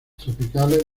tropicales